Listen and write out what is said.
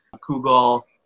Google